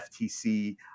FTC